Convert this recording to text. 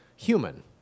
human